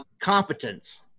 competence